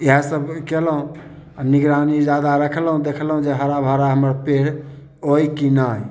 इएह सभ कयलहुँ आओर निगरानी जादा रखलहुँ आओर देखलहुँ जे हरा भरा हमर पेड़ अइ कि नहि